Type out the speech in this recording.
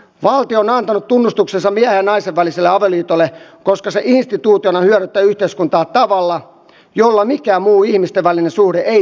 valtio on antanut tunnustuksensa miehen ja naisen väliselle avioliitolle koska se instituutiona hyödyttää yhteiskuntaa tavalla jolla mikään muu ihmisten välinen suhde ei sitä hyödytä